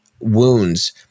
wounds